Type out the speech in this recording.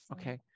okay